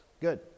Good